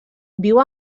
viu